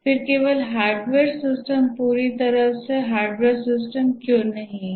फिर केवल hardware system पूरी तरह से हार्डवेयर सिस्टम क्यों नहीं है